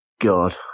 God